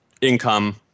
income